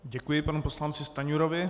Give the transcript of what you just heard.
Děkuji panu poslanci Stanjurovi.